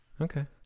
Okay